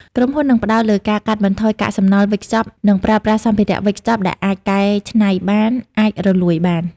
ក្រុមហ៊ុននឹងផ្តោតលើការកាត់បន្ថយកាកសំណល់វេចខ្ចប់ និងប្រើប្រាស់សម្ភារៈវេចខ្ចប់ដែលអាចកែច្នៃបាន អាចរលួយបាន ។